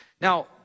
now